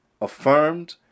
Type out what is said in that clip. affirmed